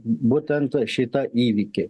būtent šitą įvykį